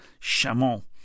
Chamon